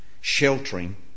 sheltering